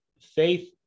faith